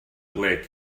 ble